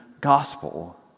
gospel